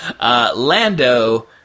Lando